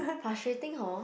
frustrating hor